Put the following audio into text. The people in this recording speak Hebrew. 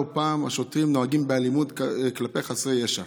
לא פעם השוטרים נוהגים באלימות כלפי חסרי ישע.